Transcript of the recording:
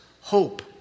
hope